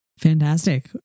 Fantastic